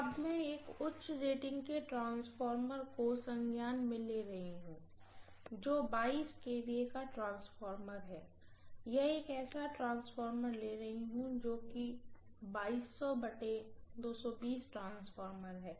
अब मैं एक उच्च रेटिंग के ट्रांसफार्मर को संज्ञान में ले रही हूँ जो 22 kVA का ट्रांसफार्मर है मैं एक ऐसा ट्रांसफार्मर ले रही हूँ जो कि ट्रांसफॉर्मर है